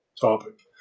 topic